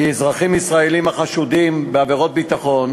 מבקשת לקבוע כי אזרחים ישראלים החשודים בעבירות ביטחון